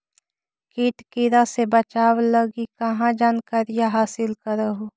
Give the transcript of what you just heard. किट किड़ा से बचाब लगी कहा जानकारीया हासिल कर हू?